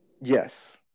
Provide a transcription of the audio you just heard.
Yes